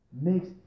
makes